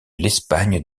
l’espagne